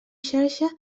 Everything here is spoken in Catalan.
xarxa